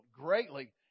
greatly